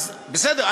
בסדר,